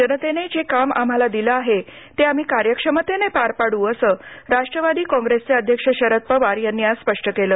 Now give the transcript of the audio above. जनतेने जे काम आम्हाला दिले आहे ते आम्ही कार्यक्षमतेने पार पाडू असं राष्ट्रवादी काँप्रेसचे अध्यक्ष शरद पवार यांनी आज स्पष्ट केलं